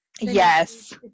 Yes